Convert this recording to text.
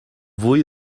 vull